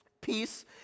peace